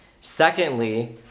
Secondly